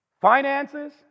finances